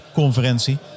conferentie